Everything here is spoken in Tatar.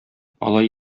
алай